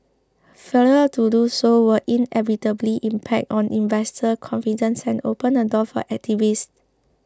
failure to do so will inevitably impact on investor confidence and open the door for activists